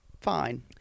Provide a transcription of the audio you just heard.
Fine